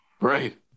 Right